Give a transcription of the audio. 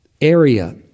area